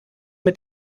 mit